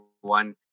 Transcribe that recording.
one